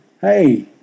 hey